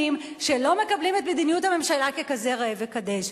שלא מקבלים את מדיניות הממשלה ככזה ראה וקדש,